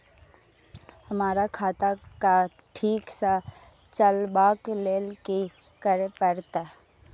हमरा खाता क ठीक स चलबाक लेल की करे परतै